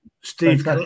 Steve